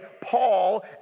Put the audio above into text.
Paul